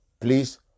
please